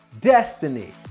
destiny